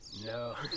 No